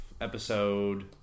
episode